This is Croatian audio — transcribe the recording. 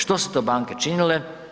Što su to banke činile?